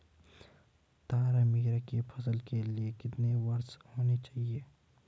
तारामीरा की फसल के लिए कितनी वर्षा होनी चाहिए?